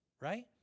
right